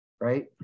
right